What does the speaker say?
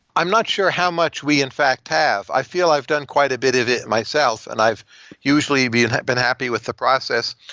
i'm not sure how much we in fact have. i feel i've done quite a bit of it myself and i've usually been happy with the process.